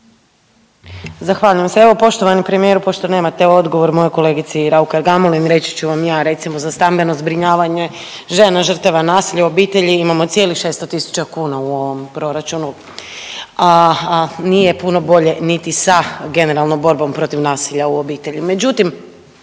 Zahvaljujem se. Evo poštovani premijeru, pošto nemate odgovor mojoj kolegici Raukar Gamulin reći ću vam ja. Recimo za stambeno zbrinjavanje žena žrtava nasilja u obitelji imamo cijelih 600.000 kuna u ovom proračunu, a nije puno bolje niti sa generalnom borbom protiv nasilja u obitelji. Međutim,